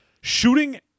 shooting